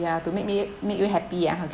ya to make me make you happy ah